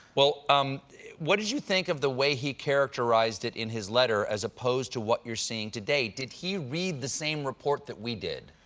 um what did you think of the way he characterized it in his letter as opposed to what you're seeing today? did he read the same report that we did?